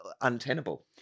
untenable